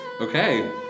Okay